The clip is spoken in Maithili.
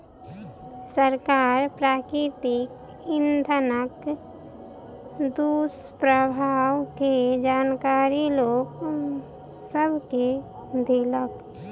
सरकार प्राकृतिक इंधनक दुष्प्रभाव के जानकारी लोक सभ के देलक